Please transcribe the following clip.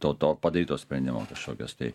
to to padaryto sprendimo kažkokias tai